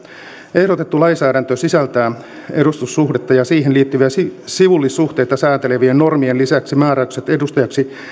ehdotettu lainsäädäntö sisältää edustussuhdetta ja siihen liittyviä sivullissuhteita säätelevien normien lisäksi määräykset edustajaksi